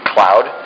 Cloud